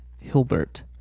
Hilbert